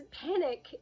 panic